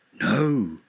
No